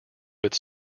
its